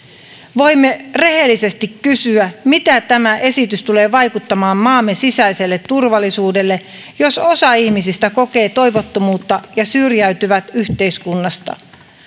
voimme rehellisesti kysyä miten tämä esitys tulee vaikuttamaan maamme sisäiseen turvallisuuteen jos osa ihmisistä kokee toivottomuutta ja syrjäytyvät yhteiskunnasta